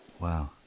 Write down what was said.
Wow